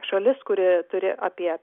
šalis kuri turi apie